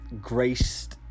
graced